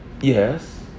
Yes